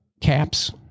caps